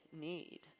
need